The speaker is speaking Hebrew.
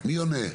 מי עונה פה?